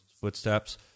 footsteps